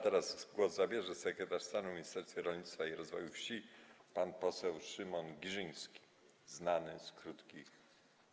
Teraz głos zabierze sekretarz stanu w Ministerstwie Rolnictwa i Rozwoju Wsi pan poseł Szymon Giżyński, znany z krótkich i